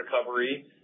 recovery